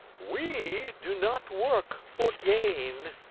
we do not work for gain,